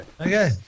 Okay